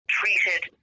treated